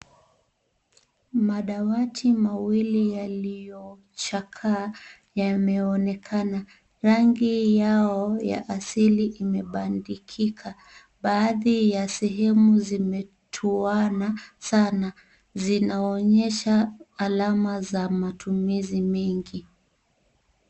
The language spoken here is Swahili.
Madawati mawili yaliyochakaa yameonekana. Rangi yao ya asili imebandikika. Baadhi ya sehemu zimetoana sana. Zinaonyesha alama za matumizi mengi.